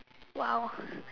!wow!